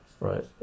right